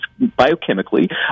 biochemically